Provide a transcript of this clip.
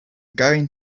going